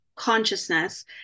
consciousness